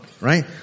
Right